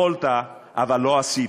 יכולת אבל לא עשית.